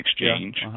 exchange